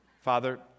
Father